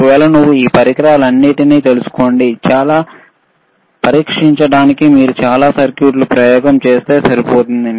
ఒకవేళ నువ్వు ఈ పరికరాలన్నింటినీ తెలుసుకోండి చాలా పరీక్షించడానికి మీరు చాలా సర్క్యూట్లు ప్రయోగాలు చేస్తే సరిపోతుంది